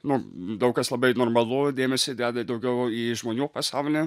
nu daug kas labai normalu dėmesį deda daugiau į žmonių pasaulį